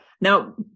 Now